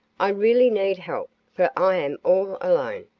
i really need help, for i am all alone,